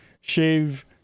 shave